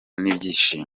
n’ibyishimo